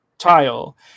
tile